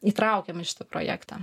įtraukėm į šitą projektą